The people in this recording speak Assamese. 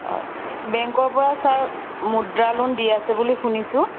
বেংকৰপৰা ছাৰ মুদ্ৰা লোন দি আছে বুলি শুনিছোঁ